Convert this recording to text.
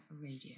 Radio